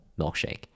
milkshake